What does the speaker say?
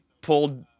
pulled